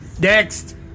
next